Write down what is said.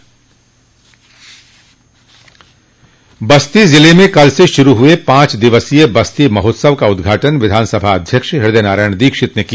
बस्ती जिले में कल से शुरू हुए पांच दिवसीय बस्ती महोत्सव का उदघाटन विधानसभा अध्यक्ष हृदय नारायण दीक्षित ने किया